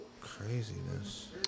Craziness